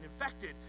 infected